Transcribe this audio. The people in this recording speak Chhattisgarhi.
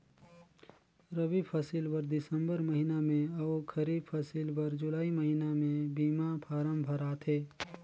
रबी फसिल बर दिसंबर महिना में अउ खरीब फसिल बर जुलाई महिना में बीमा फारम भराथे